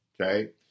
okay